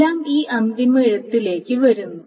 എല്ലാം ഈ അന്തിമ എഴുത്തിലേക്ക് വരുന്നു